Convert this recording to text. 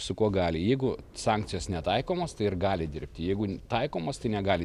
su kuo gali jeigu sankcijos netaikomos tai ir gali dirbti jeigu taikomos tai negali